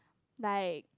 like